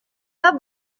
pas